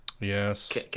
Yes